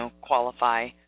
qualify